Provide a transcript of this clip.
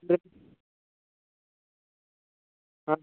ते